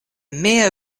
mia